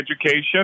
education